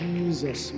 Jesus